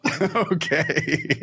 Okay